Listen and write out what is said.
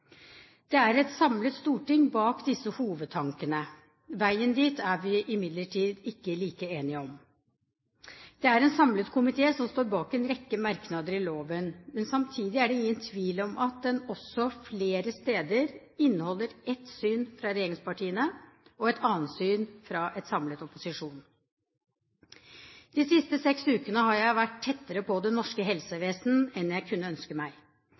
Det er et samlet storting bak disse hovedtankene. Veien dit er vi imidlertid ikke like enige om. Det er en samlet komité som står bak en rekke merknader til loven, men samtidig er det ingen tvil om at innstillingen også flere steder inneholder ett syn fra regjeringspartiene og et annet syn fra en samlet opposisjon. De siste seks ukene har jeg vært tettere på det norske helsevesen enn jeg kunne ønske meg.